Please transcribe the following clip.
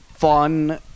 fun